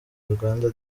rwanda